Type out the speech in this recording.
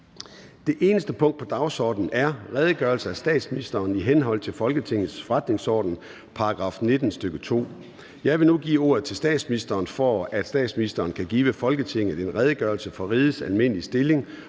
Det eneste punkt på dagsordenen er: 1) Redegørelse af statsministeren i henhold til Folketingets forretningsordens § 19, stk. 2. Kl. 13:02 Formanden (Søren Gade): Jeg vil nu give ordet til statsministeren, for at statsministeren kan give Folketinget en redegørelse for rigets almindelige stilling